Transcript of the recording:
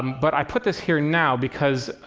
but i put this here now because,